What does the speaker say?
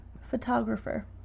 Photographer